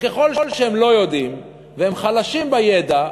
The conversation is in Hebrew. וככל שהם לא יודעים והם חלשים בידע,